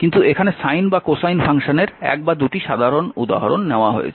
কিন্তু এখানে সাইন বা কোসাইন ফাংশনের এক বা দুটি সাধারণ উদাহরণ নেওয়া হয়েছে